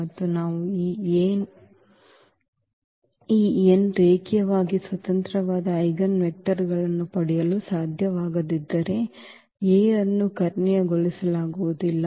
ಮತ್ತು ನಾವು ಈ n ರೇಖೀಯವಾಗಿ ಸ್ವತಂತ್ರವಾದ ಐಜೆನ್ ವೆಕ್ಟರ್ ಗಳನ್ನು ಪಡೆಯಲು ಸಾಧ್ಯವಾಗದಿದ್ದರೆ A ಅನ್ನು ಕರ್ಣೀಯಗೊಳಿಸಲಾಗುವುದಿಲ್ಲ